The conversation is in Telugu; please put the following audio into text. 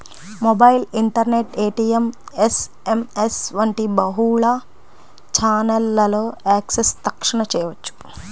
మొబైల్, ఇంటర్నెట్, ఏ.టీ.ఎం, యస్.ఎమ్.యస్ వంటి బహుళ ఛానెల్లలో యాక్సెస్ తక్షణ చేయవచ్చు